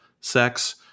sex